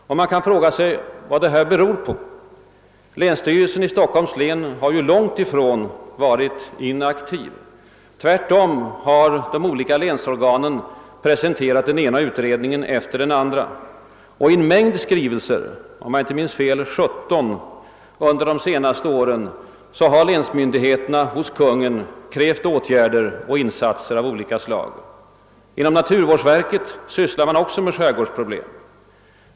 Man kan fråga sig vad detta beror på. Länsstyrelsen i Stockholms län har ju långt ifrån varit inaktiv. Tvärtom har de olika länsorganen företagit den ena utredningen efter den andra, och i en mängd skrivelser till Konungen — om jag inte minns fel 17 stycken under de senaste åren — har länsmyndigheterna under hela 1960-talet krävt åtgärder och insatser av olika slag. Inom naturvårdsverket sysslar man också med skärgårdsproblemen.